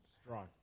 Strong